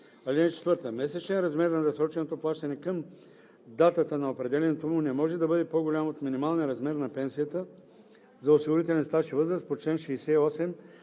на нея. (4) Месечният размер на разсроченото плащане към датата на определянето му не може да бъде по-голям от минималния размер на пенсията за осигурителен стаж и възраст по чл. 68